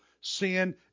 Sin